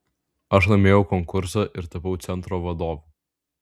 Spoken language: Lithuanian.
aš laimėjau konkursą ir tapau centro vadovu